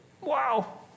Wow